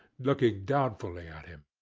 looking doubtfully at him.